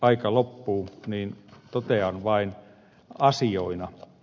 aika loppuu joten totean vain asioina